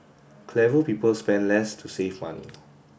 clever people spend less to save money